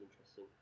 interesting